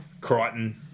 Crichton